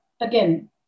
again